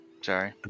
sorry